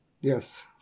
Yes